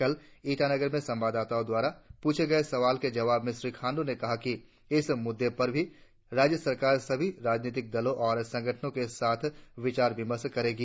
कल ईटानगर में संवाददाताओं द्वारा पूछे गये सवाल के जवाब में श्री खांडू ने कहा कि इस मुद्दे पर भी राज्य सरकार सभी राजनीतिक दलों और संगठनों के साथ विचार विमर्श करेगी